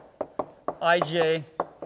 ij